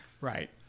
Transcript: right